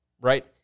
right